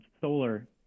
solar